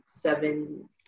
seven